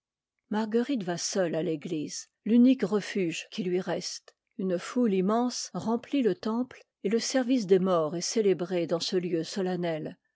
marguerite va seule à l'église l'unique refuge qui lui reste une foule immense remplit le temp e et le service des morts est célébré dans ce lieu solennel